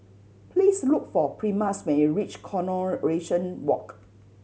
please look for Primus when you reach Coronation Walk